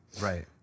Right